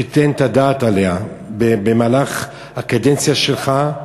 שתיתן את הדעת עליה במהלך הקדנציה שלך,